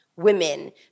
women